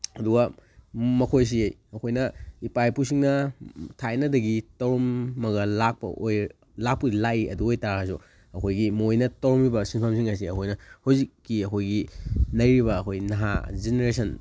ꯑꯗꯨꯒ ꯃꯈꯣꯏꯁꯤ ꯑꯩꯈꯣꯏꯅ ꯏꯄꯥ ꯏꯄꯨꯁꯤꯡꯅ ꯊꯥꯏꯅꯗꯒꯤ ꯇꯧꯔꯝꯃꯒ ꯂꯥꯛꯄ ꯂꯥꯛꯄꯨꯗꯤ ꯂꯥꯛꯏ ꯑꯗꯨ ꯑꯣꯏꯇꯥꯔꯒꯁꯨ ꯑꯩꯈꯣꯏꯒꯤ ꯃꯣꯏꯅ ꯇꯧꯔꯝꯃꯤꯕ ꯁꯤꯟꯐꯝꯁꯤꯡ ꯑꯁꯤ ꯑꯩꯈꯣꯏꯅ ꯍꯧꯖꯤꯛꯀꯤ ꯑꯩꯈꯣꯏꯒꯤ ꯂꯩꯔꯤꯕ ꯑꯩꯈꯣꯏꯒꯤ ꯅꯍꯥ ꯖꯦꯅꯦꯔꯦꯁꯟ